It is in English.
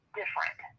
different